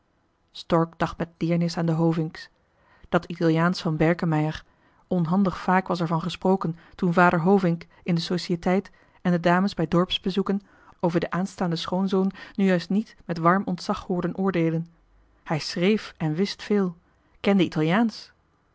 dacht met deernis aan de hovink's dat italiaansch van berkemeier met kinderlijken ijver was er onhandig vaak van gesproken toen vader hovink in de societeit en de dames bij dorpsbezoeken over den aanstaanden schoonzoon nu juist niet met warm ontzag hoorden oordeelen hij schrééf en wst veel kende italiaansch